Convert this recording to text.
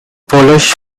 polish